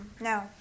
no